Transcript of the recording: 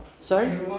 Sorry